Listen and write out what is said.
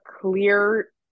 clear